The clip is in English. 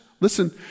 listen